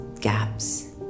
gaps